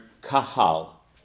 kahal